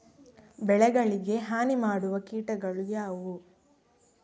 ಬೆಳೆಗಳಿಗೆ ಹಾನಿ ಮಾಡುವ ಕೀಟಗಳು ಯಾವುವು?